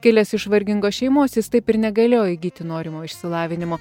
kilęs iš vargingos šeimos jis taip ir negalėjo įgyti norimo išsilavinimo